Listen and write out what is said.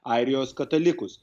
airijos katalikus